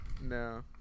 No